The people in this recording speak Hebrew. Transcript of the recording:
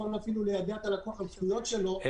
אפילו ליידע את הלקוח על זכויות שלו,